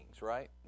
right